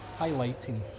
highlighting